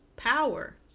power